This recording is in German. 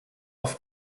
oft